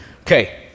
Okay